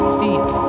Steve